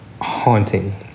haunting